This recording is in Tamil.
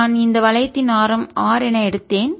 நான் இந்த வளையத்தின் ஆரம் r என எடுத்தேன்